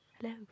Hello